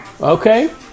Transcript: okay